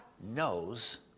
knows